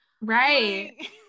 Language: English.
Right